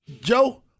Joe